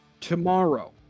tomorrow